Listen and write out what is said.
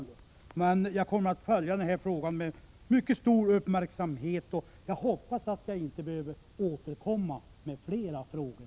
Jag 87 kommer att följa denna sak med stor uppmärksamhet, och jag hoppas att jag inte behöver återkomma med flera frågor.